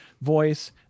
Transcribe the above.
voice